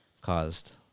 caused